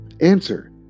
Answer